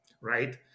Right